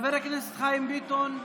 חבר הכנסת חיים ביטון.